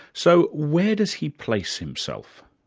so where does he place himself?